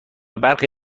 برخی